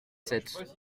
sept